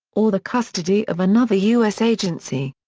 or the custody of another us agency.